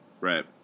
Right